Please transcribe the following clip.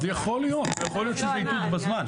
אז יכול להיות שזה איתות בזמן,